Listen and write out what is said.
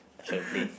I shall play